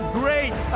great